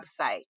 website